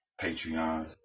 Patreon